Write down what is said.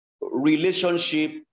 relationship